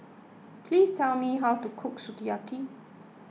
please tell me how to cook Sukiyaki